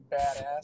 badass